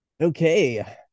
Okay